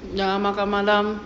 jangan makan malam